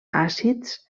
àcids